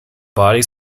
body